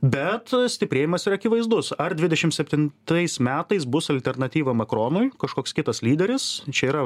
bet stiprėjimas yra akivaizdus ar dvidešimt septintais metais bus alternatyva makronui kažkoks kitas lyderis čia yra